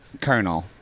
Colonel